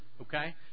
okay